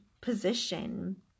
position